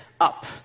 up